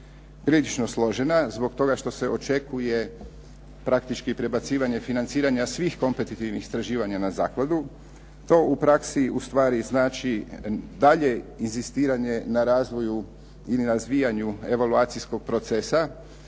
prilično složena zbog toga što se očekuje praktički prebacivanje financiranja svih kompetitivnih istraživanja na zakladu. To u praksi ustvari znači daljnje inzistiranje na razvoju ili na razvijanju evaluacijskog procesa.